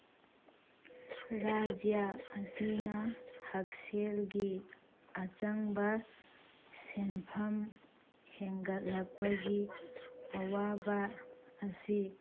ꯔꯥꯏꯖ ꯑꯁꯤꯅ ꯍꯛꯁꯦꯜꯒꯤ ꯑꯆꯪꯕ ꯁꯦꯟꯐꯝ ꯍꯦꯟꯒꯠꯂꯛꯄꯒꯤ ꯑꯋꯥꯕ ꯑꯁꯤ